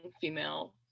female